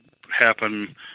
happen